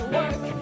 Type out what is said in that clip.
work